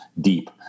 deep